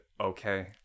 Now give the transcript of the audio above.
okay